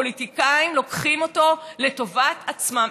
פוליטיקאים לוקחים אותו לטובת עצמם.